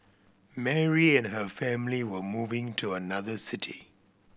Mary and her family were moving to another city